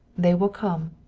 they will come.